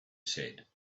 said